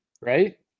right